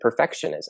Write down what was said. perfectionism